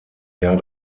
jahr